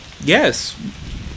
Yes